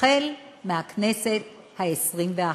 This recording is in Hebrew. החל מהכנסת ה-21.